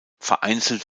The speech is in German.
vereinzelt